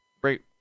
great